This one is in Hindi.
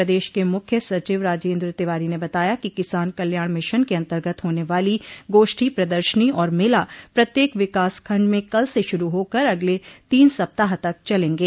प्रदेश के मुख्य सचिव राजेन्द्र तिवारी ने बताया कि किसान कल्याण मिशन के अन्तर्गत होने वाली गोष्ठी प्रदर्शनी और मेला प्रत्येक विकास खंड में कल से शुरू होकर अगले तीन सप्ताह तक चलेंगे